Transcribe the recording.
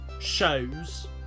shows